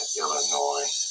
Illinois